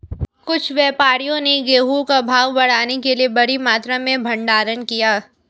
कुछ व्यापारियों ने गेहूं का भाव बढ़ाने के लिए बड़ी मात्रा में भंडारण किया